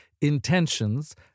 intentions